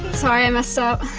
sorry i messed up.